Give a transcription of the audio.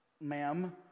ma'am